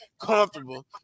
comfortable